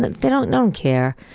they don't don't care.